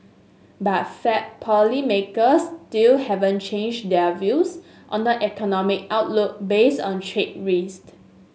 but Fed policymakers still haven't changed their views on the economic outlook based on trade risk